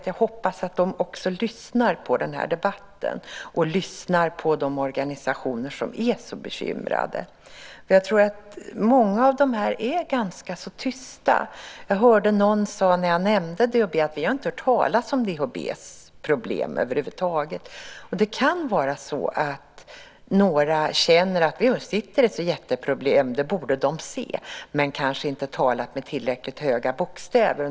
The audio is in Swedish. Jag hoppas att de också lyssnar på den här debatten och lyssnar på de organisationer som är så bekymrade. Jag tror att många av dem är ganska tysta. När jag nämnde DHB hörde jag någon säga att man inte hade hört talas om DHB:s problem över huvud taget. Det kan vara så att några känner att de har ett jätteproblem och att det borde synas, men de har kanske inte talat med tillräckligt hög röst.